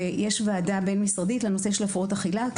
ויש ועדה בין-משרדית לנושא הפרעות אכילה,